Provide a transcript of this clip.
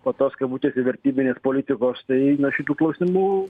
po tos kabutėse vertybinės politikos tai na šitų klausimų